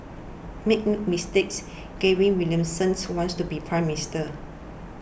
make no mistakes Gavin Williamsons wants to be Prime Minister